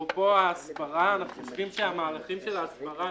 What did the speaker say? אפרופו הסברה - אנחנו חושבים שהמערכים של ההסברה